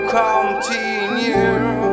continue